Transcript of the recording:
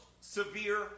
severe